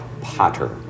potter